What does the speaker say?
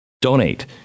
Donate